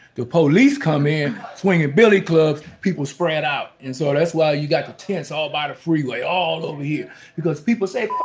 the police come in swinging billy clubs, and people spread out. and so that's why you got the tents all by the freeway all over here because people say.